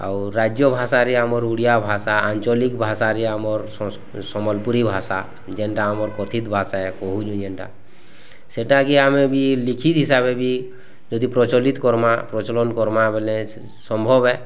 ଆଉ ରାଜ୍ୟ ଭାଷାରେ ଆମର ଓଡ଼ିଆ ଭାଷା ଆଞ୍ଚଳିକ ଭାଷାରେ ଆମର୍ ସମ୍ୱଲପୁରୀ ଭାଷା ଯେନ୍ତା ଆମର କଥିତ ଭାଷା କହୁଛି୍ ଯେନ୍ତା ସେଇଟା କି ଆମେ ବି ଲିଖିତ୍ ହିସାବେ ବି ଯଦି ପ୍ରଚଳିତ କର୍ମା ପ୍ରଚଲନ୍ କର୍ମା ବୋଲେ ସମ୍ଭବ ହେ